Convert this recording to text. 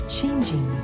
changing